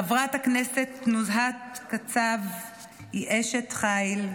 חברת הכנסת נוזהת קצב היא אשת חיל.